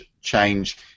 change